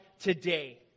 today